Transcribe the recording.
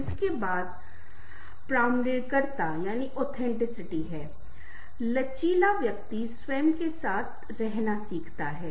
इसके बाद प्रामाणिकता है लचीला व्यक्ति स्वयं के साथ रहना सीखता है